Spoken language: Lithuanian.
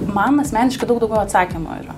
man asmeniškai daug daugiau atsakymų yra